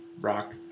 rock